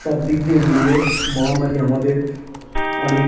সবদিক দিয়ে মিলিয়ে মহামারী আমাদের অনেক